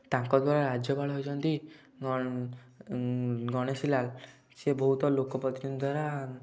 ତାଙ୍କଦ୍ୱାରା ରାଜ୍ୟପାଳ ହେଉଛନ୍ତି ଗଣେଶି ଲାଲ୍ ସିଏ ବହୁତ ଲୋକ ପ୍ରତିନିଧି ଦ୍ୱାରା